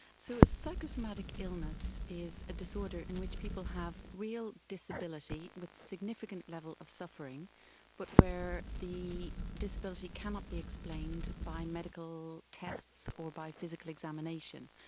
so a psychosomatic illness is a disorder in which people have real disability with significant level of suffering but where the disability cannot be explained by medical tests or by physical examination,